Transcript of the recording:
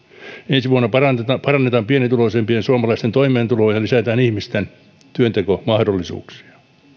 ensi vuonna parannetaan parannetaan pienituloisimpien suomalaisten toimeentuloa ja lisätään ihmisten työntekomahdollisuuksia